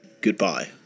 goodbye